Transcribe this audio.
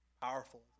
Powerful